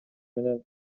менен